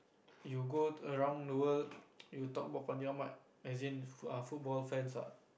you go around the world you talk about Fandi-Ahmad as in err football fans ah